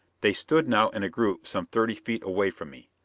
they stood now in a group some thirty feet away from me.